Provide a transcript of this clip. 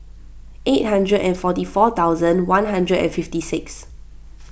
eight hundred and forty four thousand one hundred and fifty six